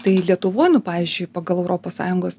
tai lietuvoj nu pavyzdžiui pagal europos sąjungos